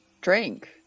drink